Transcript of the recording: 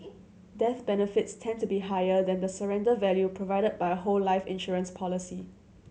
death benefits tend to be higher than the surrender value provided by a whole life insurance policy